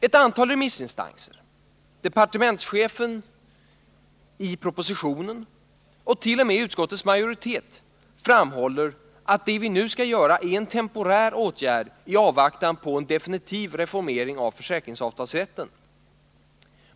Ett antal remissinstanser, departementschefen i propositionen och t.o.m. utskottets majoritet framhåller att det vi nu skall göra är en temporär åtgärd i avvaktan på en definitiv reformering av försäkringsavtalsrätten.